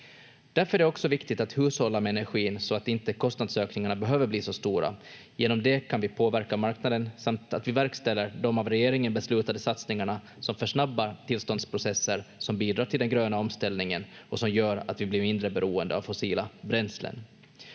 Därför är det också viktigt att också hushålla med energin så att inte kostnadsökningarna behöver bli så stora. Genom det kan vi påverka marknaden samt att vi verkställer de av regeringen beslutade satsningarna som försnabbar tillståndsprocesser som bidrar till den gröna omställningen och som gör att vi blir mindre beroende av fossila bränslen.